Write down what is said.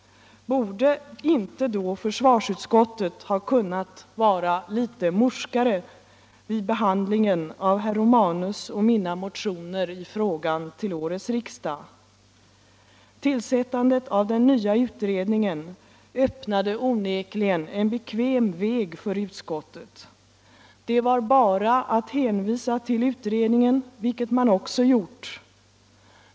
Borde inte då försvarsutskottet ha kunnat vara litet morskare vid behandlingen av herrar Romanus och Olssons i Kil motion och min motion i frågan till årets riksdag? Tillsättandet av den nya utredningen öppnade onekligen en bekväm väg för utskottet. Det var bara att hänvisa till utredningen, vilket man också gjorde.